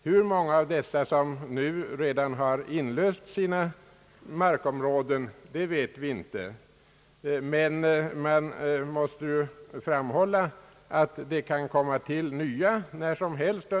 Hur många av dessa som nu redan har inlöst sina markområden vet vi inte, men man måste ju framhålla att det kan komma till nya när som helst.